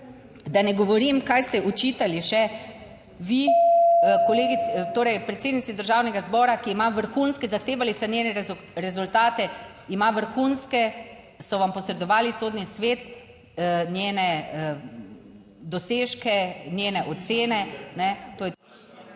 da ne govorim, kaj ste očitali še vi kolegici, torej predsednici Državnega zbora, ki ima vrhunske, zahtevali so njene rezultate, ima vrhunske, so vam posredovali Sodni svet njene dosežke, njene ocene,